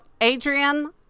Adrian